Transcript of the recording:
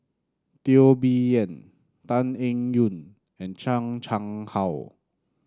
Teo Bee Yen Tan Eng Yoon and Chan Chang How